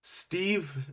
Steve